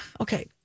okay